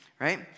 right